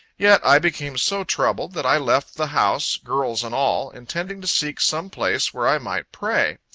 yet i became so troubled, that i left the house, girls and all, intending to seek some place where i might pray.